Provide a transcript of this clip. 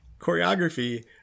Choreography